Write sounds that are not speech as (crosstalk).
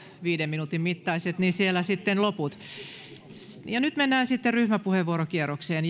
viiden minuutin mittaiset vastauspuheenvuorot niin siellä sitten loput ja nyt mennään ryhmäpuheenvuorokierrokseen (unintelligible)